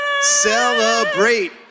celebrate